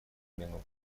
минут